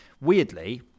Weirdly